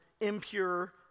impure